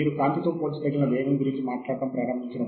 కాబట్టి ఒక నిర్దిష్ట అంశం ఎలా ఉద్భవించింది